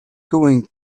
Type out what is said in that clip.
going